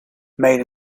made